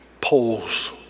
polls